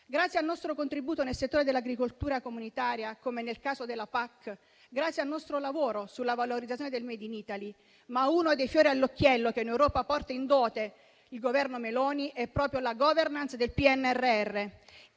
Grazie al nostro contributo nel settore dell'agricoltura comunitaria, come nel caso della PAC, grazie al nostro lavoro sulla valorizzazione del *made in Italy*, uno dei fiori all'occhiello che in Europa porta in dote il Governo Meloni è proprio la *governance* del PNRR.